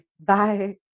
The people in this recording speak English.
Bye